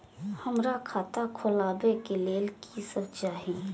हमरा खाता खोलावे के लेल की सब चाही?